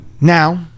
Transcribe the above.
now